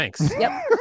Thanks